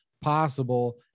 possible